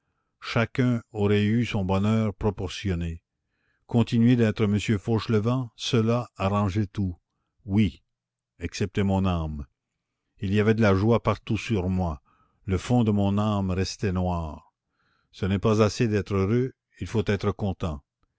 chacun aurait eu son bonheur proportionné continuer d'être monsieur fauchelevent cela arrangeait tout oui excepté mon âme il y avait de la joie partout sur moi le fond de mon âme restait noir ce n'est pas assez d'être heureux il faut être content